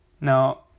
Now